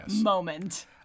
moment